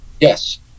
yes